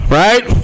right